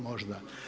Možda.